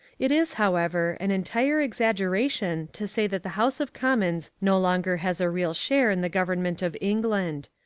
it is, however, an entire exaggeration to say that the house of commons no longer has a real share in the government of england.